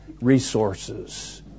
resources